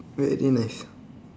very nice